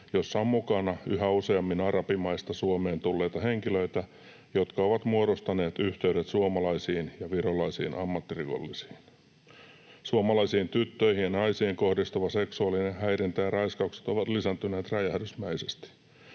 jossa on mukana yhä useammin arabimaista Suomeen tulleita henkilöitä, jotka ovat muodostaneet yhteydet suomalaisiin ja virolaisiin ammattirikollisiin. Suomalaisiin tyttöihin ja naisiin kohdistuva seksuaalinen häirintä ja raiskaukset ovat lisääntyneet räjähdysmäisesti.